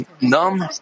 numb